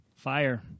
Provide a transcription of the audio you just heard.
fire